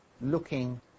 looking